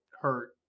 hurt